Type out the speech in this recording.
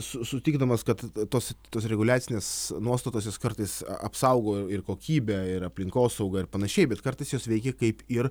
su sutikdamas kad tos tos reguliacinės nuostatos jos kartais apsaugo ir kokybę ir aplinkosaugą ir panašiai bet kartais jos veikia kaip ir